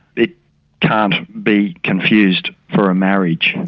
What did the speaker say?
it can't be confused for a marriage.